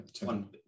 one